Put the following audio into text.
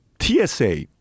TSA